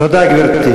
תודה, גברתי.